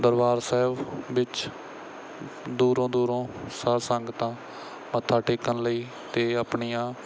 ਦਰਬਾਰ ਸਾਹਿਬ ਵਿੱਚ ਦੂਰੋਂ ਦੂਰੋਂ ਸਾਧ ਸੰਗਤਾਂ ਮੱਥਾ ਟੇਕਣ ਲਈ ਅਤੇ ਆਪਣੀਆਂ